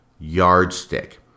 yardstick